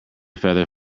feather